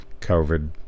COVID